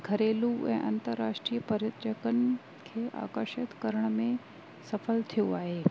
घरेलू ऐं अंतर्राष्ट्रीय पर्यटकनि खे आकर्षित करण में सफ़ल थियो आहे